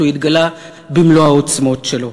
הוא התגלה במלוא העוצמות שלו.